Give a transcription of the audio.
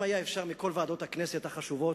אם היה אפשר מכל ועדות הכנסת החשובות,